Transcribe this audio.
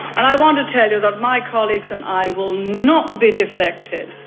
and i want to tell you that my colleagues and i will not be deflected.